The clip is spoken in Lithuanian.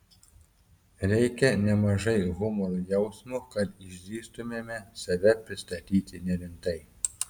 reikia nemažai humoro jausmo kad išdrįstumėme save pristatyti nerimtai